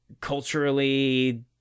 culturally